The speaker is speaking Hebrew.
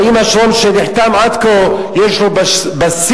והאם השלום שנחתם עד כה יש לו בסיס